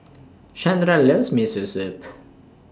Shandra loves Miso Soup